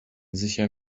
sicher